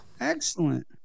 Excellent